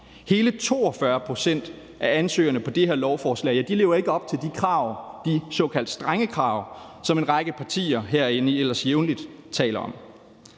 Hele 42 pct. af ansøgerne på det her lovforslag lever ikke op til de krav, de såkaldt strenge krav, som en række partier herinde ellers jævnligt taler om.